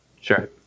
Sure